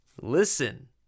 listen